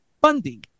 Bundy